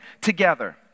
together